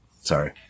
Sorry